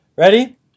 Ready